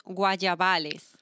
guayabales